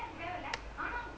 ya that's why